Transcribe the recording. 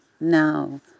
now